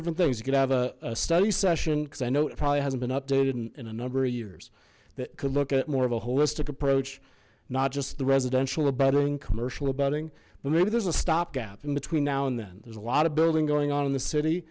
different things you could have a study session because i know it probably hasn't been updated in a number of years that could look at more of a holistic approach not just the residential abutting commercial abutting but maybe there's a stopgap in between now and then there's a lot of building going on in the city